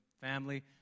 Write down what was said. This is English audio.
family